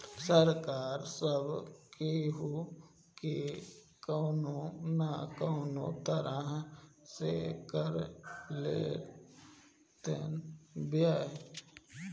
सरकार सब केहू के कवनो ना कवनो तरह से कर ले लेत बिया